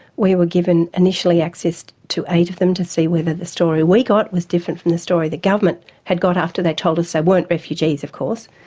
we were given initially access to eight of them to see whether the story we got was different from the story the government had got after they told us they weren't refugees of course,